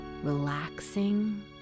relaxing